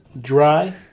dry